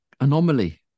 anomaly